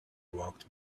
walked